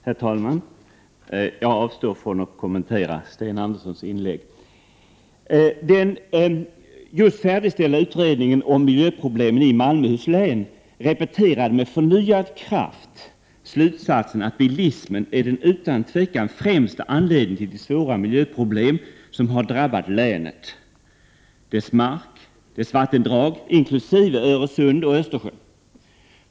Herr talman! Jag avstår från att kommentera inlägget från Sten Andersson i Malmö. I den just färdigställda utredningen om miljöproblemen i Malmöhus län repeterades med förnyad kraft slutsatsen att bilismen utan tvivel är den främsta anledningen till de svåra miljöproblem som länet, dess mark och dess vattendrag — inkl. Öresund och Östersund — har drabbats av.